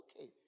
okay